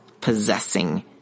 possessing